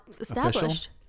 established